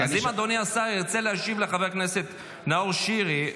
אז אם אדוני השר ירצה להשיב לחבר הכנסת נאור שירי,